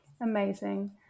amazing